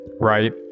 Right